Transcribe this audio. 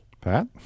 Pat